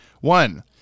one